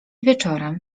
wieczorem